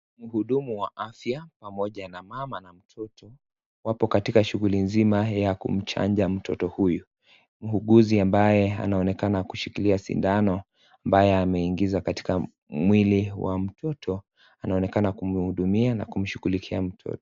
Mhudumu wa afya pamoja na mama na mtoto wapo katika shughuli nzima ya kumchanja mtoto huyu. Muuguzi ambaye anaonekana kushikilia sindano ambayo ameingiza katika mwili wa mtoto anaonekana kumhudumia na kumshughulikia mtoto.